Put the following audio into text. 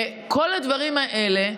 וכל הדברים האלה,